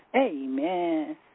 Amen